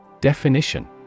Definition